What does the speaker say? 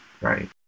right